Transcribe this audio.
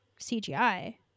CGI